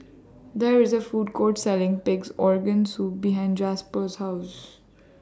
There IS A Food Court Selling Pig'S Organ Soup behind Jasper's House